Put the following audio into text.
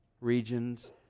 regions